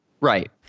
Right